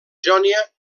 jònia